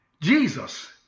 Jesus